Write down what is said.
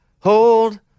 hold